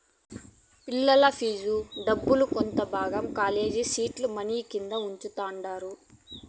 పిలగాల్ల ఫీజు దుడ్డుల కొంత భాగం కాలేజీల సీడ్ మనీ కింద వుంచతండారు